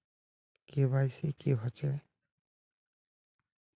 KYC कब होचे?